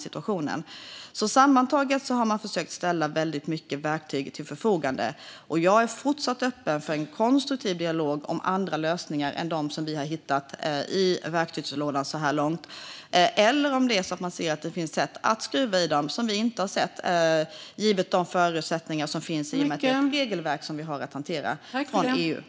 Sammantaget har det ställts många verktyg till förfogande, och jag är fortsatt öppen för en konstruktiv dialog om andra lösningar än dem vi har hittat i verktygslådan så här långt eller om det finns sätt att skruva i dem som vi inte har sett - givet de förutsättningar som finns i och med att vi har ett EU-regelverk att hantera.